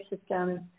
system